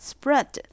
Spread